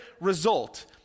result